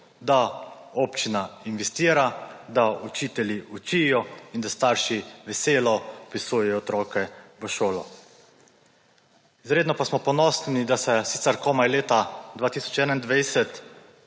Da občina investira, da učitelji učijo in da starši veselo vpisujejo otroke v šolo. Izredno pa smo ponosni, da se, sicer komaj leta 2021,